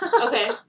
Okay